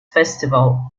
festival